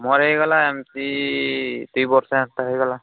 ମୋର ହୋଇଗଲା ଏମିତି ଦୁଇ ବର୍ଷ ହୋଇଗଲା